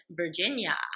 Virginia